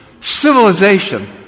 Civilization